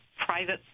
private